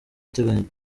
ategekanywa